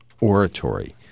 oratory